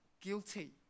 guilty